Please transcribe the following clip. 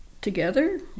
together